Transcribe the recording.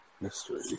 mystery